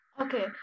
Okay